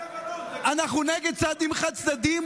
אנחנו נגד צעדים חד-צדדיים,